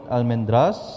Almendras